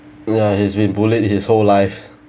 ya he has been bullied his whole life